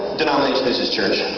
denomination is this church?